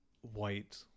white